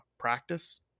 practice